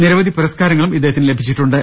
നിരവധി പുരസ്കാര ങ്ങളും ഇദ്ദേഹത്തിന് ലഭിച്ചിട്ടുണ്ട്